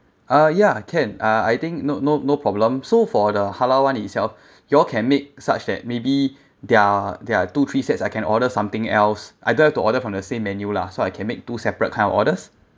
uh ya can uh I think no no no problem so for the halal [one] itself you all can make such that maybe there are there are two three sets I can order something else either to order from the same menu lah so I can make two separate kind of orders